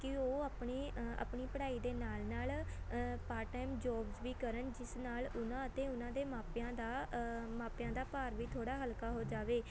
ਕਿ ਉਹ ਆਪਣੇ ਆਪਣੀ ਪੜ੍ਹਾਈ ਦੇ ਨਾਲ ਨਾਲ ਪਾਰਟ ਟਾਈਮ ਜੋਬਸ ਵੀ ਕਰਨ ਜਿਸ ਨਾਲ ਉਹਨਾਂ ਅਤੇ ਉਹਨਾਂ ਦੇ ਮਾਪਿਆਂ ਦਾ ਮਾਪਿਆਂ ਦਾ ਭਾਰ ਵੀ ਥੋੜ੍ਹਾ ਹਲਕਾ ਹੋ ਜਾਵੇ